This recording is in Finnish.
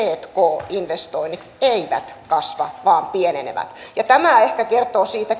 tk investoinnit eivät kasva vaan pienenevät ja tämä ehkä kertoo siitä